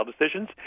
decisions